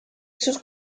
sus